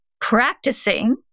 practicing